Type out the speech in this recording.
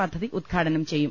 പദ്ധതി ഉദ്ഘാടനം ചെയ്യും